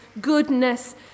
goodness